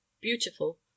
Beautiful